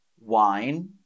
Wine